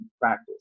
practice